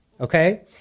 Okay